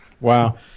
Wow